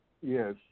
Yes